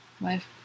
Life